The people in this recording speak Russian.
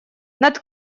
над